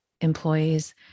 employees